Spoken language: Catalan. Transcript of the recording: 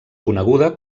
coneguda